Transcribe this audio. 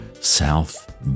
South